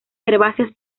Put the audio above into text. herbáceas